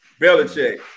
Belichick